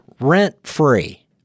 rent-free